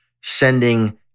sending